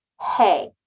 hey